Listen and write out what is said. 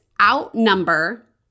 outnumber